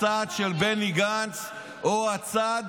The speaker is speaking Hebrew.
הצד של בני גנץ או הצד,